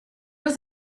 was